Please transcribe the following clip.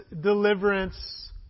deliverance